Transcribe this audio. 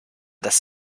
das